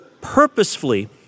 purposefully